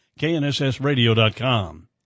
knssradio.com